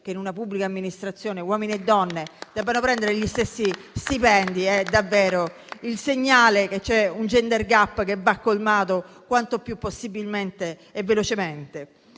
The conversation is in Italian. che in una pubblica amministrazione uomini e donne debbano prendere gli stessi stipendi, è davvero il segnale che c'è un *gender gap* che va colmato quanto più velocemente